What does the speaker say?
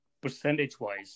percentage-wise